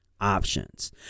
options